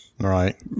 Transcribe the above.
Right